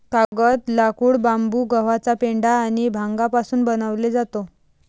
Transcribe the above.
कागद, लाकूड, बांबू, गव्हाचा पेंढा आणि भांगापासून बनवले जातो